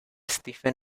stephen